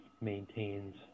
maintains